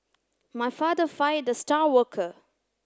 my father fired the star worker